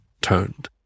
turned